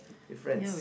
your friends